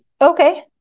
Okay